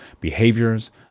behaviors